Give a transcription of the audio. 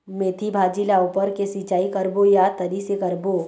मेंथी भाजी ला ऊपर से सिचाई करबो या तरी से करबो?